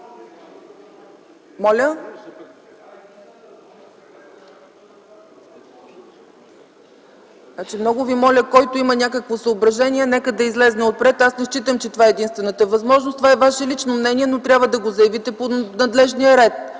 КБ.) Много ви моля, който има някакво съображение, нека да излезе отпред. Аз не считам, че това е единствената възможност – това е Ваше лично мнение, но трябва да го заявите по надлежния ред.